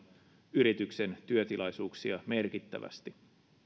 yrityksen työtilaisuuksia merkittävästi